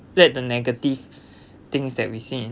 let the negative things that we see in